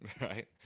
Right